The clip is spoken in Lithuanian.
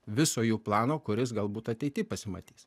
viso jų plano kuris galbūt ateity pasimatys